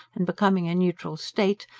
and becoming a neutral state,